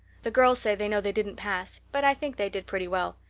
the girls say they know they didn't pass, but i think they did pretty well.